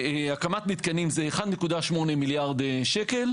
הקמת מתקנים זה 1.8 מיליארד שקל.